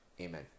Amen